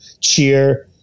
cheer